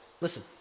Listen